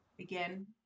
again